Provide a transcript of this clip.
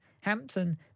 Hampton